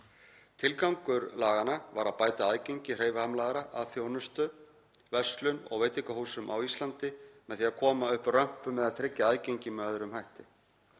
Tilgangur laganna var að bæta aðgengi hreyfihamlaðra að þjónustu, verslun og veitingahúsum á Íslandi með því að koma upp römpum eða tryggja aðgengi með öðrum hætti.